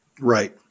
right